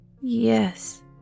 Yes